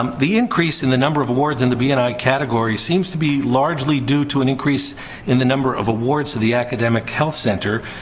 um the increase in the number of awards in the b and i category seems to be largely due to an increase in the number of awards of the academic health center,